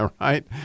right